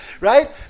Right